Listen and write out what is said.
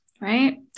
Right